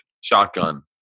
shotgun